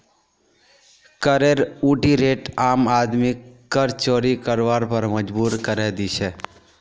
करेर ऊँची रेट आम आदमीक कर चोरी करवार पर मजबूर करे दी छे